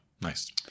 nice